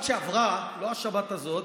בשבת שעברה, לא בשבת הזאת,